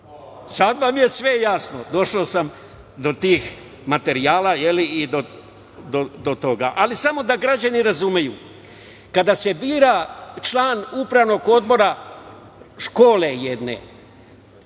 Sad vam je sve jasno. Došao sam do tih materijala i do toga. Samo da građani razumeju. Kada se bira član upravnog odbora jedne